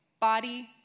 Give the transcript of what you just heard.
body